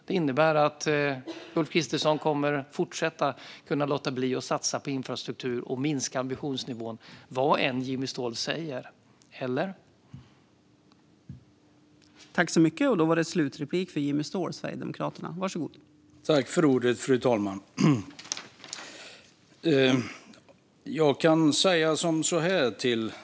Det innebär att Ulf Kristersson kommer att kunna fortsätta låta bli att satsa på infrastruktur och minska ambitionsnivån, vad än Jimmy Ståhl säger - eller?